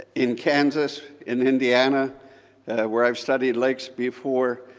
in kansas, in indiana where i've studied lakes before,